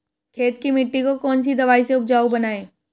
खेत की मिटी को कौन सी दवाई से उपजाऊ बनायें?